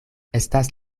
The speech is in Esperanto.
estas